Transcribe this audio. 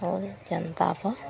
आओर जनताके